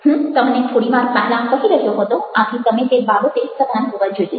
હું તમને થોડી વાર પહેલાં કહી રહ્યો હતો આથી તમે તે બાબતે સભાન હોવા જોઈએ